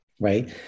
Right